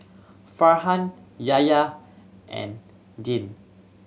Farhan Yahya and Dian